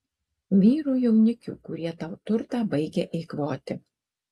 vyrų jaunikių kurie tau turtą baigia eikvoti